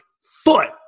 foot